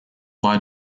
light